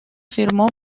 filmó